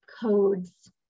codes